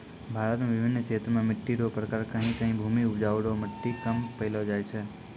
भारत मे बिभिन्न क्षेत्र मे मट्टी रो प्रकार कहीं कहीं भूमि उपजाउ रो मट्टी कम पैलो जाय छै